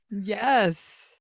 Yes